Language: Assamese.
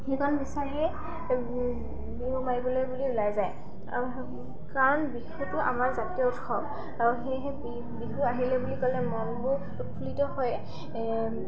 সেইকণ বিচাৰিয়েই বিহু মাৰিবলৈ বুলি ওলাই যায় আৰু কাৰণ বিহুটো আমাৰ জাতীয় উৎসৱ আৰু সেয়েহে বিহু আহিলে বুলি ক'লে মনবোৰ উৎফুল্লিত হয়